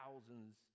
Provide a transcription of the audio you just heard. thousands